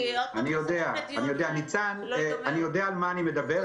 אני יודע על מה אני מדבר.